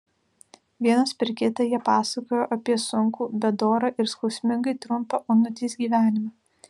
vienas per kitą jie pasakojo apie sunkų bet dorą ir skausmingai trumpą onutės gyvenimą